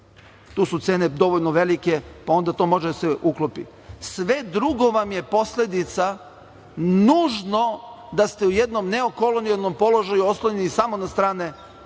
tu su cene dovoljno velike pa onda to može da se uklopi. Sve drugo vam je posledica nužno da ste u jednom neokolonijalnom položaju oslonjeni samo na strane